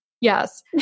Yes